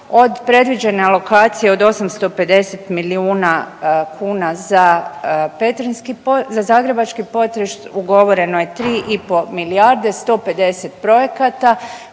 od predviđene alokacije od 850 milijuna kuna za zagrebački potres ugovoreno je 3,5 milijarde 150 projekata